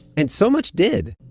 and so much did.